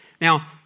Now